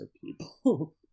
people